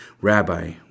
Rabbi